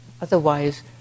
Otherwise